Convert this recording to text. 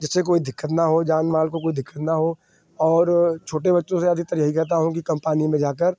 जिससे कोई दिक्कत न हो जान माल को कोई दिक्कत न हो और छोटे बच्चों से अधिकतर यही कहता हूँ कि कम पानी में जाकर